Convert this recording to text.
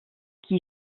qui